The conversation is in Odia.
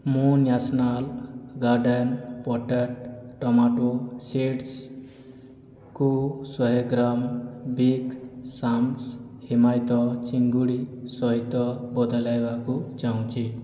ମୁଁ ନ୍ୟାସନାଲ୍ ଗାର୍ଡ଼େନ ପଟେଡ଼୍ ଟମାଟୋ ସିଡ଼ସ୍କୁ ଶହେ ଗ୍ରାମ୍ ବିଗ୍ ସାମସ୍ ହିମାୟିତ ଚିଙ୍ଗୁଡ଼ି ସହିତ ବଦଳାଇବାକୁ ଚାହୁଁଛି